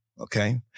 Okay